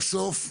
בסוף,